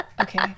okay